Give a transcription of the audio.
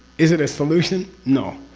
is it a solution? no.